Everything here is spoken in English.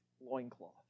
loincloth